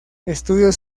estudios